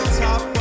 top